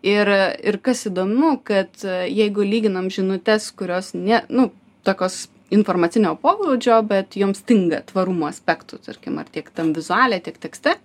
ir ir kas įdomu kad jeigu lyginam žinutes kurios ne nu tokios informacinio pobūdžio bet jom stinga tvarumo aspektų tarkim ar tiek tam vizuale tiek tekste